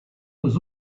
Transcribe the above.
was